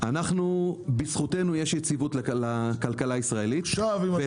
שבזכותנו יש יציבות לכלכלה הישראלית, אבל